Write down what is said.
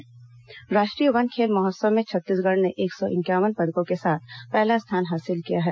one खेल महोत्सव राष्ट्रीय वन खेल महोत्सव में छत्तीसगढ़ ने एक सौ इंक्यावन पदकों के साथ पहला स्थान हासिल किया है